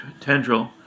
Tendril